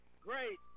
Great